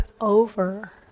over